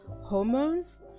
hormones